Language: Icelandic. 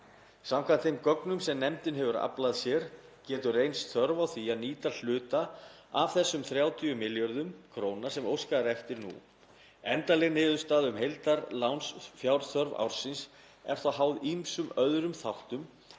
Samkvæmt þeim gögnum sem nefndin hefur aflað sér getur reynst þörf á að nýta hluta af þessum 30 milljörðum kr. sem óskað er eftir nú. Endanleg niðurstaða um heildarlánsfjárþörf ársins er þó háð ýmsum öðrum þáttum